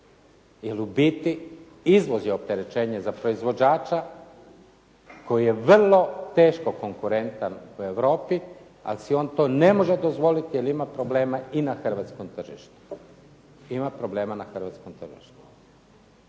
Jer u biti izvoz je opterećenje za proizvođača koji je vrlo konkurentan u Europi, ali si on to ne može dozvoliti jer ima problema i na hrvatskom tržištu. I mi u tom dijelu,